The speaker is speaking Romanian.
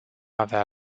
avea